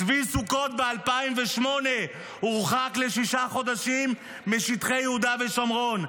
צבי סוכות ב-2008 הורחק לשישה חודשים משטחי יהודה ושומרון,